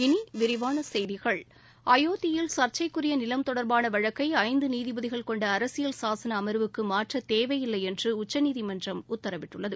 இனி விரிவான செய்திகள் அயோத்தியில் சர்ச்சைக்குரிய நிலம் தொடர்பான வழக்கை ஐந்து நீதிபதிகள் கொண்ட அரசியல் சாசன அம்வுக்கு மாற்ற தேவையில்லை என்று உச்சநீதிமன்றம் உத்தரவிட்டுள்ளது